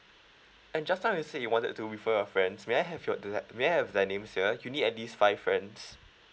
and just now you said you wanted to refer your friends may I have your the like may I have their names here you need at least five friends